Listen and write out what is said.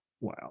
Wow